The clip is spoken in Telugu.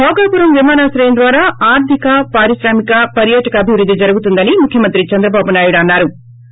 భోగాపురం విమానాశ్రయం ద్వారా ఆర్లిక పారిశ్రామిక పర్యాటక అభివృద్ది జరుగుతుందని ముఖ్యమంత్రి చంద్రబాబు నాయుడు అన్నా రు